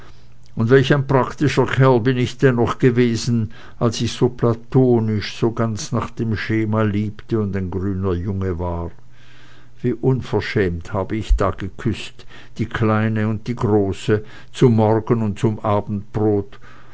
und welch ein praktischer kerl bin ich dennoch gewesen als ich so platonisch so ganz nach dem schema liebte und ein grüner junge war wie unverschämt hab ich da geküßt die kleine und die große zum morgen und abendbrot